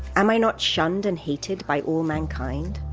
am i not shunned and hated by all mankind?